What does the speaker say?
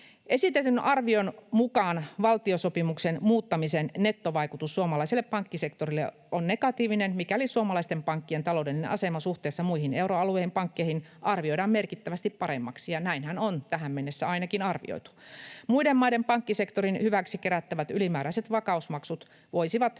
Esitetyn arvion mukaan valtiosopimuksen muuttamisen nettovaikutus suomalaiselle pankkisektorille on negatiivinen, mikäli suomalaisten pankkien taloudellinen asema suhteessa muihin euroalueen pankkeihin arvioidaan merkittävästi paremmaksi — ja näinhän on ainakin tähän mennessä arvioitu. Muiden maiden pankkisektorin hyväksi kerättävät ylimääräiset vakausmaksut voisivat siis